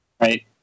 Right